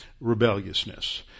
rebelliousness